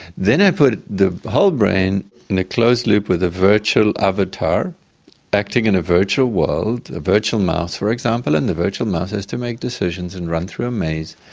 then i put the whole brain in a closed loop with a virtual avatar acting in a virtual world, a virtual mouse for example, and the virtual mouse has to make decisions and run through a maze.